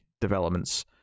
developments